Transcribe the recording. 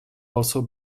also